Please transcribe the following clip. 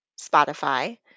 Spotify